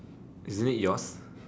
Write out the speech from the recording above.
is it yours